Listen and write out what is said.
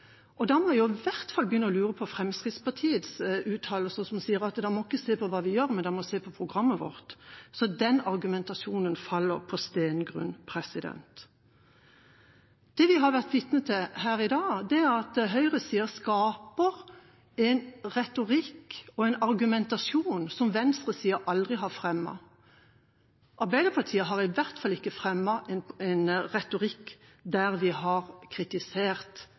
ideologi? Da begynner jeg i hvert fall å lure på Fremskrittspartiets uttalelser – ikke se på hva vi gjør, men se på programmet vårt. Den argumentasjonen faller på stengrunn. Det vi har vært vitne til her i dag, er at høyresida skaper en retorikk og argumentasjon som venstresida aldri har fremmet. Arbeiderpartiet har i hvert fall ikke brukt en retorikk som kritiserer at det er kommersielle aktører inne på barnevernsida. Vi har